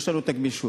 יש לנו את הגמישות,